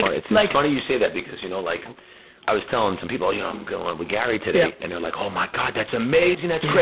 but it's like funny you say that because, you know, like i was telling some people, you um know, and with gary today and they're like, oh my god, that's amazing. that's great.